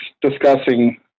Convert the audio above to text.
discussing